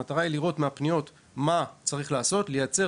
אלא לראות מהפניות מה צריך לעשות ולייצר